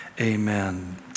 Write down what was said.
amen